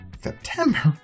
September